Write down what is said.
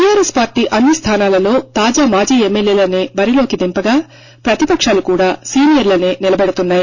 TRS party అన్నిస్థానాలలో తాజా మాజీ ఎమ్మెల్యేలనే బరిలోకి దింపగా ప్రతిపక్షాలు కూడా సీనియర్లసే నిలబెడుతున్నాయి